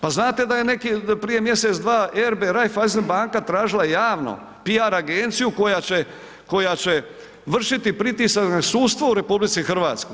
Pa znate da je neki prije mjesec, dva RB Raiffeisen banka tražila javno, PR agenciju koja će vršiti pritisak na sudstvo u RH.